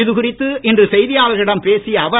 இது குறித்து இன்று செய்தியாளர்களிடம் பேசிய அவர்